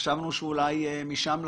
חשבנו שאולי משם לקחתם.